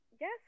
Yes